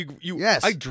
Yes